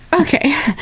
okay